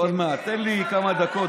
עוד מעט, תן לי כמה דקות.